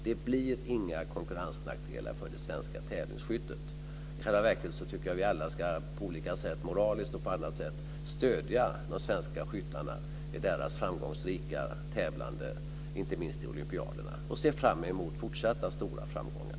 Det blir inga konkurrensnackdelar för det svenska tävlingsskyttet. I själva verket tycker jag att vi alla, moraliskt och på andra sätt, ska stödja de svenska skyttarna i deras framgångsrika tävlande, inte minst i olympiaderna, och vi ska se framemot fortsatta stora framgångar.